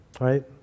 right